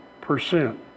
percent